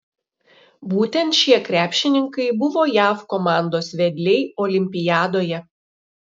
būtent šie krepšininkai buvo jav komandos vedliai olimpiadoje